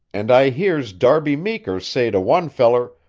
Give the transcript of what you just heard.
and i hears darby meeker say to one feller,